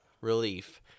relief